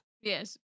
Yes